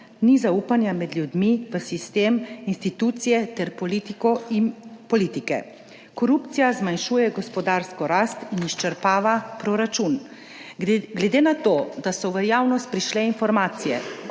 ni zaupanja med ljudmi, v sistem, institucije ter politiko in politike. Korupcija zmanjšuje gospodarsko rast in izčrpava proračun. Glede na to, da so v javnost prišle informacije